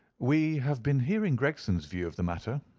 we have been hearing gregson's view of the matter,